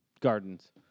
gardens